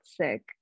sick